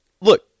look